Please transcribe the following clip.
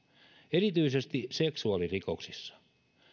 erityisesti seksuaalirikoksissa